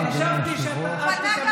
בבקשה,